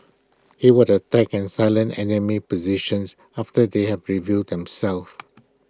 he would attack and silence enemy positions after they had revealed them self